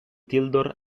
tildor